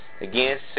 Again